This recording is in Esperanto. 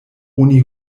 oni